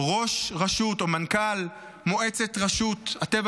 לראש רשות או מנכ"ל למועצת רשות הטבע